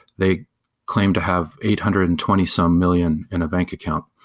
they claim to have eight hundred and twenty some million in a bank account.